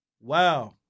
Wow